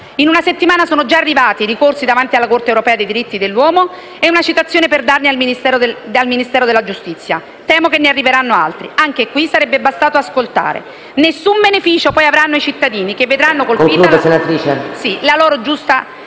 In una settimana sono arrivati già un ricorso davanti alla Corte europea dei diritti dell'uomo e una citazione per danni del Ministero della Giustizia. Temo che ne arriveranno altri. Anche su questo sarebbe bastato ascoltare. Nessun beneficio poi avranno i cittadini, che vedranno colpita la loro giusta